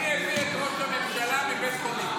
מי הביא את ראש הממשלה מבית החולים?